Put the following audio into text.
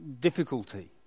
difficulty